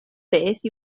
beth